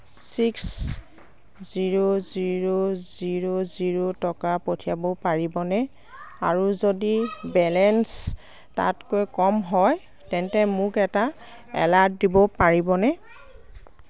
six zero zero zero zero টকা পঠিয়াব পাৰিবনে আৰু যদি বেলেঞ্চ তাতকৈ কম হয় তেন্তে মোক এটা এলাৰ্ট দিব পাৰিবনে